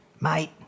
mate